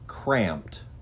cramped